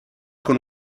con